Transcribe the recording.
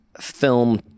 film